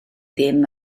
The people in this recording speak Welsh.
ddim